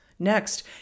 Next